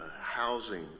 housing